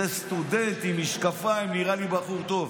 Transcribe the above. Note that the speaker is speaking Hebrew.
זה סטודנט עם משקפיים, נראה לי בחור טוב.